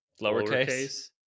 lowercase